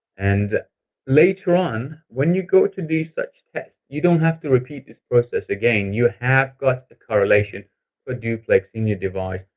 and later on, when you go to these such tests, you don't have to repeat this process again. you have got the correlation of ah duplex in your device.